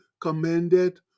commended